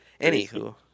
anywho